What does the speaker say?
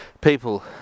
people